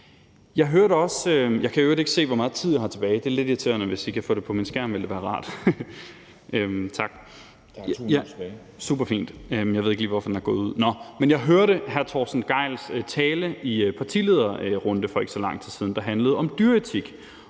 jeg hørte hr. Torsten Gejls tale i en partilederrunde for ikke så lang tid siden, der handlede om dyreetik,